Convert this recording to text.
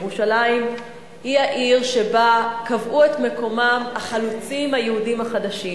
ירושלים היא העיר שבה קבעו את מקומם החלוצים היהודים החדשים,